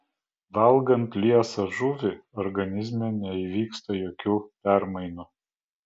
valgant liesą žuvį organizme neįvyksta jokių permainų